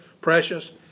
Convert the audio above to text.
precious